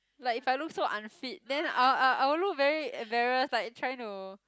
like if I look so unfit then I'll I'll I will look very embarrassed like trying to